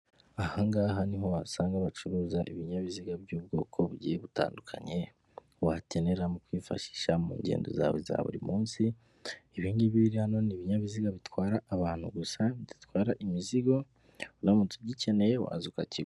Ahangaha niho wasanga bacuruza ibinyabiziga by'ubwoko bu butandukanye wakenera mu kwifashisha mu ngendo zawe za buri munsi. Ibingi biri hano n'ibinyabiziga bitwara abantu gusa bidatwara imizigo uramutse ugikeneye waza ukaba.